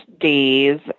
days